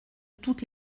toutes